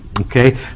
okay